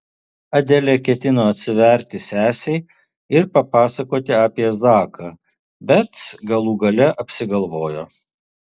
adelė ketino atsiverti sesei ir papasakoti apie zaką bet galų gale apsigalvojo